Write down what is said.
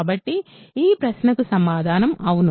కాబట్టి ఈ ప్రశ్నకు సమాధానం అవును